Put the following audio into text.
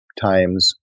times